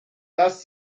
das